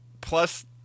Plus